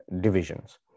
divisions